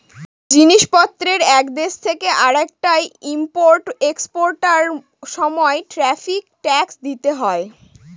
জিনিস পত্রের এক দেশ থেকে আরেকটায় ইম্পোর্ট এক্সপোর্টার সময় ট্যারিফ ট্যাক্স দিতে হয়